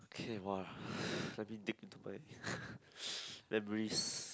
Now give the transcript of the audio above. okay !wah! let me dig in to my memories